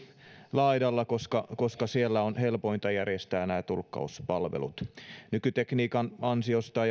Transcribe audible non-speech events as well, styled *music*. laidalla koska koska siellä on helpointa järjestää tulkkauspalvelut nykytekniikan ansiosta *unintelligible*